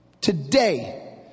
today